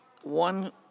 One